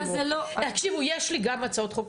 יש לי גם הצעות חוק,